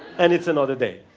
and it's another day.